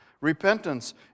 Repentance